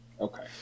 Okay